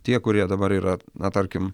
tie kurie dabar yra na tarkim